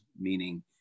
meaning